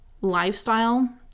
lifestyle